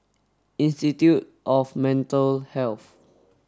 institute of Mental Health